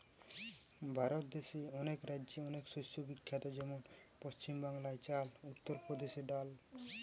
ভারত দেশে অনেক রাজ্যে অনেক শস্য বিখ্যাত যেমন পশ্চিম বাংলায় চাল, উত্তর প্রদেশে ডাল